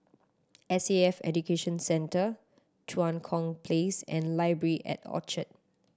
S A F Education Centre Tua Kong Place and Library at Orchard